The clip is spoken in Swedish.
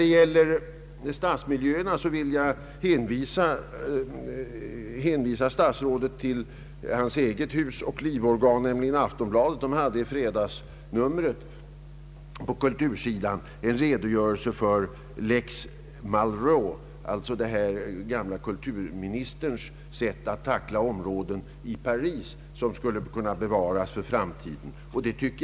Beträffande stadsmiljöerna vill jag också hänvisa till herr statsrådets eget livoch husorgan Aftonbladet, som på kultursidan i sitt fredagsnummer hade en redogörelse för ”lex Malraux”, alltså den gamle kulturministerns sätt att i Paris tackla problemen när det gäller sådana hus och miljöer som bör bevaras åt framtiden.